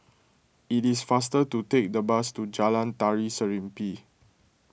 it is faster to take the bus to Jalan Tari Serimpi